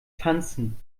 tanzen